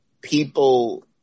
people